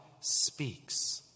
speaks